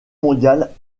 mondiale